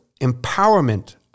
empowerment